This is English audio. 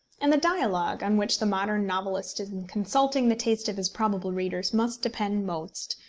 and the dialogue, on which the modern novelist in consulting the taste of his probable readers must depend most,